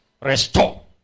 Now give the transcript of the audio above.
Restore